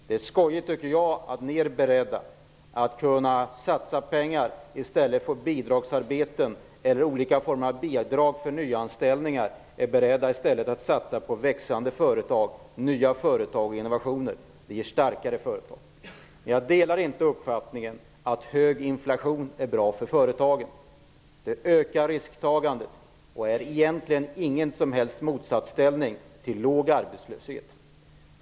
Det är roligt att ni är beredda att satsa pengar på växande och nya företag och innovationer i stället för på bidragsarbeten eller olika former av bidrag till nyanställningar. Det ger starkare företag. Däremot delar jag inte uppfattningen att hög inflation är bra för företagen. Det ökar risktagandet och står inte i någon som helst motsatsställning till låg arbetslöshet.